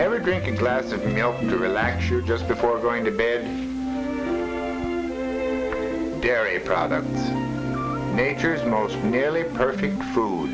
never drink a glass of milk to relax or just before going to bed dairy products nature's most nearly perfect food